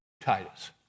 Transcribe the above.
Titus